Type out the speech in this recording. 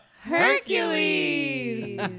Hercules